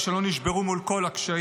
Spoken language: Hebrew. אשר לא נשברו אל מול כל הקשיים,